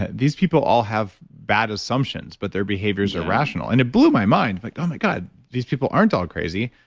and these people all have bad assumptions, but their behaviors are rational. and it blew my mind like, oh my god, these people aren't all crazy.